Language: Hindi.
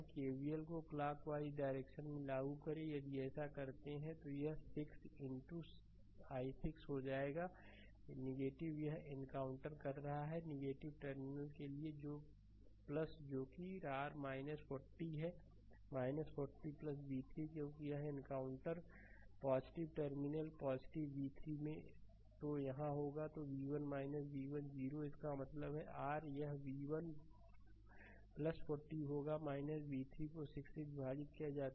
केवीएल को क्लाक वाइज डायरेक्शन में में लागू करें यदि ऐसा करते हैं तो यह 6 इनटू i6 में हो जाएगा यह एनकाउंटर कर रहा है एक टर्मिनल के लिए जो कि r 40 है 40 v3 क्योंकि यह एनकाउंटर टर्मिनल v3 है तो यहाँ होगा v1 v1 0 इसका मतलब है कि r यह v1 40 होगा v3 को 6 से विभाजित किया जाता है